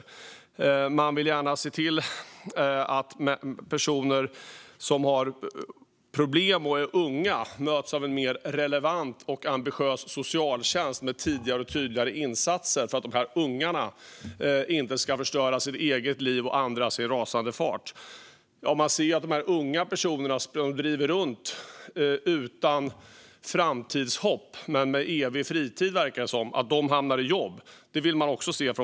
Poliser vill gärna att unga personer med problem möts av en mer relevant och ambitiös socialtjänst med tidigare och tydligare insatser så att ungarna inte ska förstöra sina egna och andras liv i rasande fart. Polisen vill också att unga personer som driver runt utan framtidshopp men med till synes evig fritid hamnar i jobb.